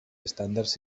estàndards